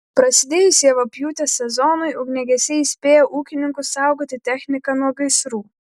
prasidėjus javapjūtės sezonui ugniagesiai įspėja ūkininkus saugoti techniką nuo gaisrų